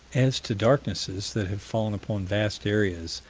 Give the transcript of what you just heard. as to darknesses that have fallen upon vast areas,